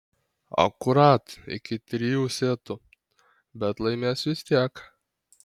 akurat iki trijų setų bet laimės vis tiek